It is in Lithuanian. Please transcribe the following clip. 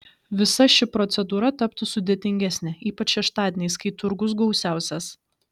visa ši procedūra taptų sudėtingesnė ypač šeštadieniais kai turgus gausiausias